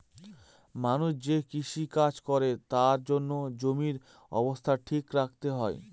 মানুষ যে কৃষি কাজ করে তার জন্য জমির অবস্থা ঠিক রাখতে হয়